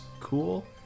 cool